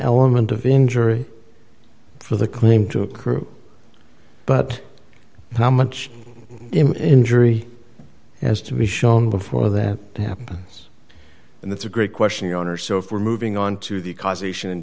element of injury for the claim to occur but how much injury has to be shown before that happens and that's a great question your honor so if we're moving on to the causation